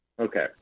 Okay